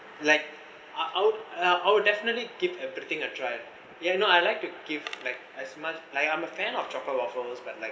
like I I'll I'll I'll definitely give everything a try you know I like to give like as much like I'm a fan of chocolate waffles but like